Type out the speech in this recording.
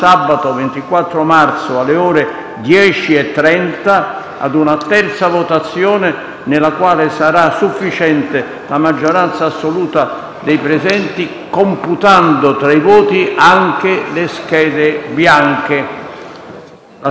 10,30, a una terza votazione nella quale sarà sufficiente la maggioranza assoluta dei voti dei presenti, computando fra i voti anche le schede bianche.